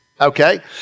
okay